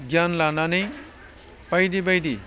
गियान लानानै बायदि बायदि